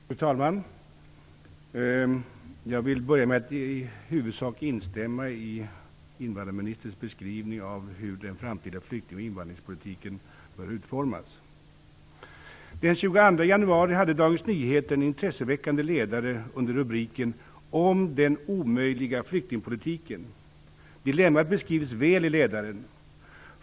Fru talman! Jag vill börja med att i huvudsak instämma i invandrarministerns beskrivning av hur den framtida flykting och invandringspolitiken bör utformas. Den 22 januari hade Dagens Nyheter en intresseväckande ledare under rubriken Den omöjliga flyktingpolitiken. Dilemmat beskrivs väl i ledaren.